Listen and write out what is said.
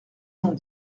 cent